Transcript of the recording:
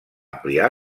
ampliar